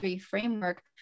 framework